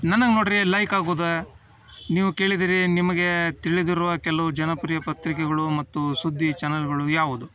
ನನಗೆ ನೋಡಿ ರೀ ಲೈಕ್ ಆಗೋದು ನೀವು ಕೇಳಿದಿರಿ ನಿಮಗೆ ತಿಳಿದಿರುವ ಕೆಲವು ಜನಪ್ರಿಯ ಪತ್ರಿಕೆಗಳು ಮತ್ತು ಸುದ್ದಿ ಚನಲ್ಗಳು ಯಾವುದು